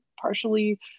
partially